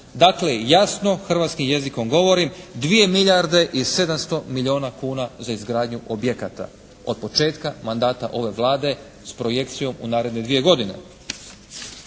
Dakle, jasno hrvatskim jezikom govorim 2 milijarde i 700 milijona kuna za izgradnju objekata od početka mandata ove Vlade s projekcijom u naredne dvije godine.